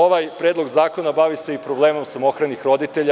Ovaj Predlog zakona bavi se i problemom samohranih roditelja.